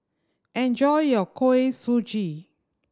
enjoy your Kuih Suji